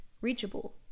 reachable